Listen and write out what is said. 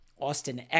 Austin